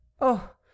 Oh